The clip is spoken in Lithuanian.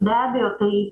be abejo tai